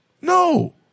No